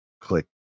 click